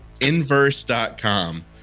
inverse.com